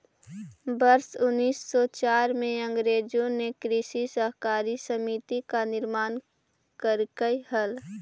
वर्ष उनीस सौ चार में अंग्रेजों ने कृषि सहकारी समिति का निर्माण करकई हल